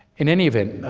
in any event,